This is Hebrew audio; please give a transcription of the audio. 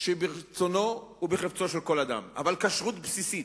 של רצונו וחפצו של כל אדם, אבל כשרות בסיסית,